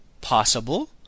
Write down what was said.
possible